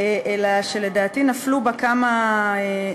אלא שלדעתי נפלו בה כמה,